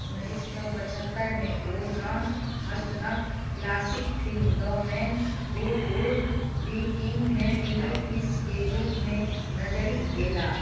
उन्नैस सए पचहत्तरिमे ओ जॉन हस्टनक classic film the man who would be king मे बिली फिशके रूपमे नजरि अयलाह